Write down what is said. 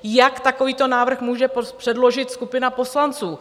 Jak takovýto návrh může předložit skupina poslanců?